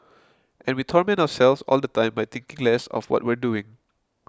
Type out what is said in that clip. and we torment ourselves all the time by thinking less of what we're doing